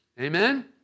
Amen